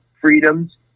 freedoms